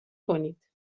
کنید